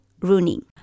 Rooney